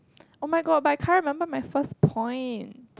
oh-my-god but I can't remember my first point